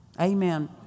Amen